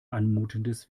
anmutendes